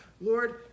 Lord